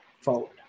forward